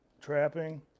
trapping